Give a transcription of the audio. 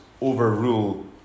overrule